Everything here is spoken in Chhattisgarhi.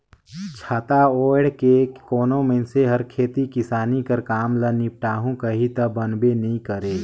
छाता ओएढ़ के कोनो मइनसे हर खेती किसानी कर काम ल निपटाहू कही ता बनबे नी करे